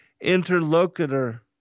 interlocutor